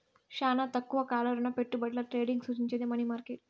శానా తక్కువ కాల రుణపెట్టుబడుల ట్రేడింగ్ సూచించేది మనీ మార్కెట్